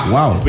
Wow